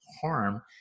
harm